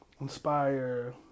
inspire